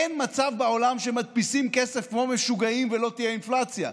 אין מצב בעולם שמדפיסים כסף כמו משוגעים ולא תהיה אינפלציה.